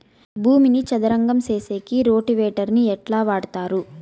భూమిని చదరం సేసేకి రోటివేటర్ ని ఎట్లా వాడుతారు?